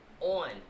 on